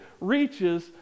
reaches